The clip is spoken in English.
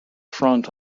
front